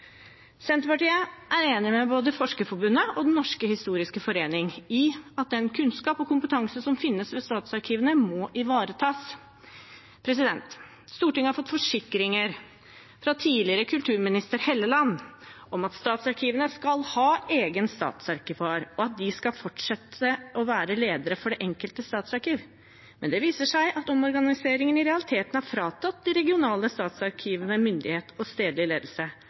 Senterpartiet er enig med både Forskerforbundet og Den norske historiske forening i at den kunnskap og kompetanse som finnes ved statsarkivene, må ivaretas. Stortinget har fått forsikringer fra tidligere kulturminister Hofstad Helleland om at statsarkivene skal ha egen statsarkivar, og at de skal fortsette å være ledere for det enkelte statsarkiv. Men det viser seg at omorganiseringen i realiteten har fratatt de regionale statsarkivene myndighet og stedlig ledelse,